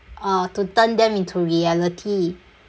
uh to turn them into reality